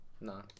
No